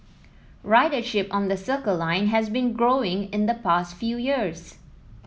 ridership on the Circle Line has been growing in the past few years